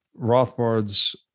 Rothbard's